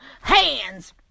hands